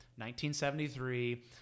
1973